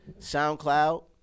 SoundCloud